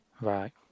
right